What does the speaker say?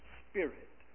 spirit